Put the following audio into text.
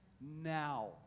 Now